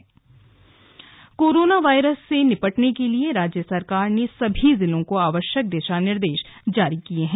isolation ward corona virus से निपटने के लिए राज्य सरकार ने सभी जिलों को आवश्यक दिशा निर्देश जारी किये हैं